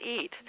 eat